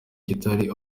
kitari